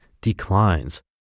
declines